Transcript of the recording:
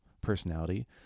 personality